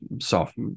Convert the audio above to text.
soft